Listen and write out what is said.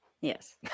Yes